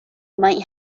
might